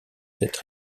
cette